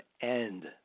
end